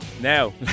Now